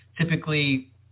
typically